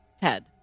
Ted